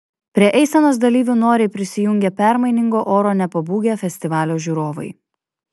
prie eisenos dalyvių noriai prisijungė permainingo oro nepabūgę festivalio žiūrovai